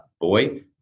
boy